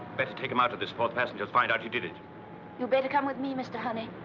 better take him out of this before the passengers find out he did it. you'd better come with me, mr. honey.